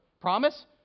Promise